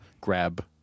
grab